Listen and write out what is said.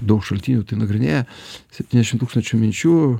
daug šaltinių tai nagrinėja septyniasdešim tūkstančių minčių